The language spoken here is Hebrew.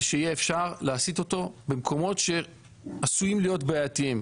שיהיה אפשר להסיט אותו במקומות שעשויים להיות בעייתיים.